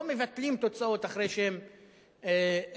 לא מבטלים תוצאות אחרי שהן מתרחשות,